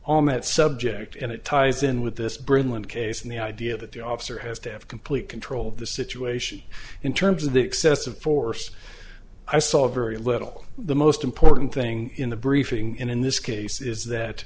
met subject and it ties in with this bridge in one case and the idea that the officer has to have complete control of the situation in terms of excessive force i saw very little the most important thing in the briefing in this case is that